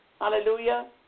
Hallelujah